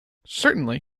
certainly